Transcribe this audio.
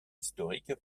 historique